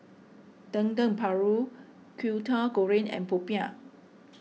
Dendeng Paru Kwetiau Goreng and Popiah